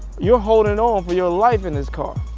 you're holding on for your life in this car.